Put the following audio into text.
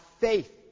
faith